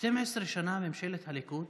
12 שנה ממשלת הליכוד